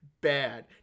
bad